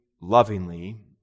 lovingly